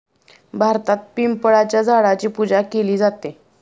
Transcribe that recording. भारतात पिंपळाच्या झाडाची पूजा केली जाते